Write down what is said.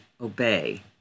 obey